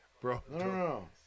bro